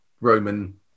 Roman